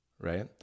Right